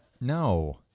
No